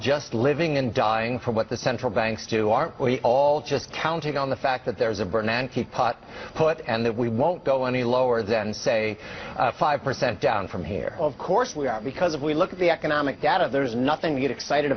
just living and dying for what the central banks do aren't we all just counting on the fact that there's a burden and keep pot put and that we won't go any lower than say five percent down from here of course we are because if we look at the economic data there is nothing to get excited